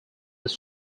was